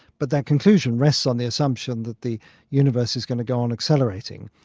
but that conclusion rests on the assumption that the universe is going to go on accelerating.